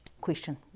question